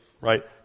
right